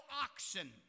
oxen